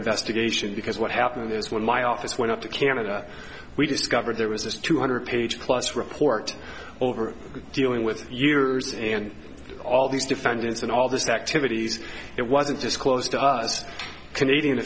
investigation because what happened is when my office went up to canada we discovered there was this two hundred page plus report over dealing with years and all these defendants and all this activities it wasn't disclosed to us canadian